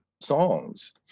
songs